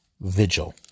Vigil